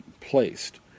placed